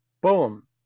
boom